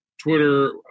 Twitter